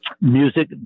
music